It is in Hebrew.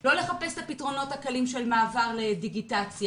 לא לחפש את הפתרונות הקלים של מעבר לדיגיטציה.